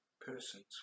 persons